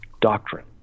doctrine